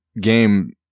game